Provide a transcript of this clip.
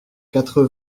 quatre